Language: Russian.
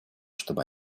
чтобы